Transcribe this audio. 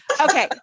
Okay